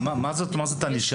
מה זאת ענישה?